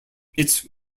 its